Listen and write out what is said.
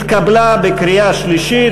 התקבלה בקריאה שלישית,